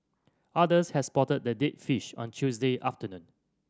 others had spotted the dead fish on Tuesday afternoon